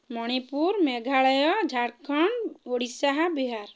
Manipur Meghalaya Jharkhand Odisha Bihar